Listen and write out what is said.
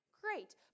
great